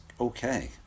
okay